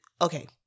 okay